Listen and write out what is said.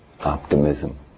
optimism